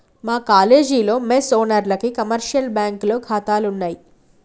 మా కాలేజీలో మెస్ ఓనర్లకి కమర్షియల్ బ్యాంకులో ఖాతాలున్నయ్